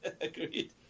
Agreed